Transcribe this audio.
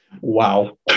wow